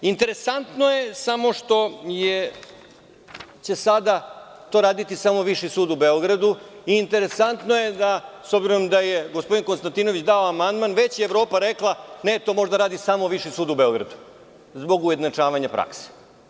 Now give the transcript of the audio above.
Interesantno je što će sada to raditi samo Viši sud u Beogradu i interesantno je, s obzirom da je gospodin Konstantinović dao amandman, da je već Evropa rekla – ne, to može da radi samo Viši sud u Beogradu, zbog ujednačavanja prakse.